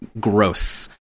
gross